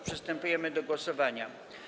Przystępujemy do głosowania.